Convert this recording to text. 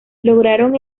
lograron